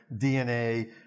DNA